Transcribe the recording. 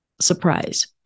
Surprise